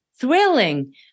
thrilling